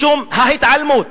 משום ההתעלמות